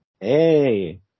Hey